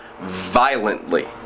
violently